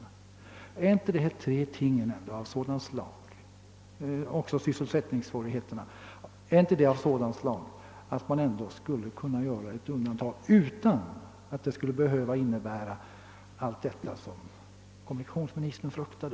Och är inte de tre ting jag nämnt jämte sysselsättningssvårigheterna av sådant slag att ett undantag skulle kunna göras utan att det behövde få alla de konsekvenser som kommunikationsministern fruktar?